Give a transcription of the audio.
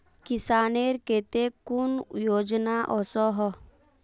किसानेर केते कुन कुन योजना ओसोहो?